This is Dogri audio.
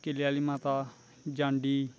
किले आह्ली माता जांडी